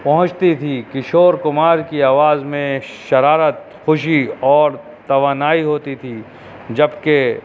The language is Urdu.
پہنچتی تھی کشور کمار کی آواز میں شرارت خوشی اور توانائی ہوتی تھی جبکہ